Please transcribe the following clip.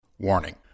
Warning